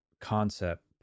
concept